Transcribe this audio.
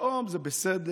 פתאום זה בסדר,